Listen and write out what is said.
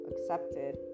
accepted